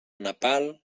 nepal